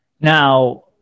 Now